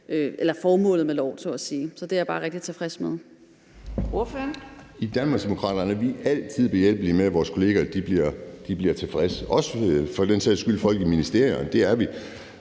med formålet med loven så at sige. Så det er jeg bare rigtig tilfreds med.